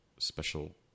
special